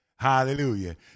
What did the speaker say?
Hallelujah